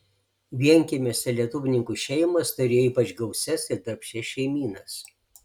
vienkiemiuose lietuvininkų šeimos turėjo ypač gausias ir darbščias šeimynas